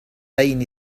بين